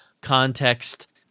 context